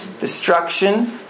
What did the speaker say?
Destruction